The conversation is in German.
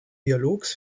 dialogs